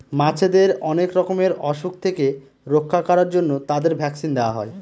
মাছেদের অনেক রকমের অসুখ থেকে রক্ষা করার জন্য তাদের ভ্যাকসিন দেওয়া হয়